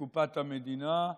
לקופת המדינה,